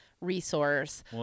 resource